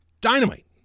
dynamite